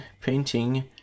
painting